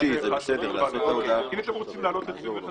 מי בעד ההצעה כפי